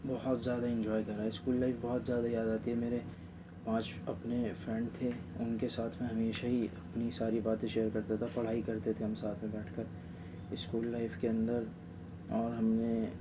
بہت زیادہ انجوائے کرا اسکول لائف بہت زیادہ یاد آتی ہے میرے پانچ اپنے فرینڈ تھے ان کے ساتھ میں ہمیشہ ہی اپنی ساری باتیں شیئر کرتا تھا پڑھائی کرتے تھے ہم ساتھ میں بیٹھ کر اسکول لائف کے اندر اور ہم نے